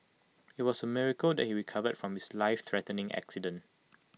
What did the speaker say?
IT was A miracle that he recovered from his lifethreatening accident